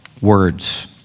words